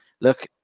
look